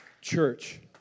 church